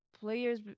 players